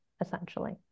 essentially